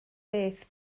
beth